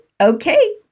Okay